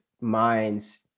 minds